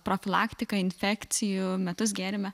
profilaktika infekcijų metus gėrėme